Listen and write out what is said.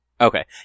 Okay